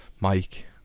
mike